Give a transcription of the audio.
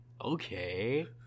okay